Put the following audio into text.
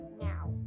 Now